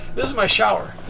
this is my shower.